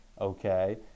Okay